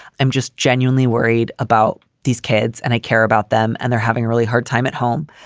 i'm just genuinely worried about these kids and i care about them and they're having a really hard time at home.